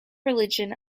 religion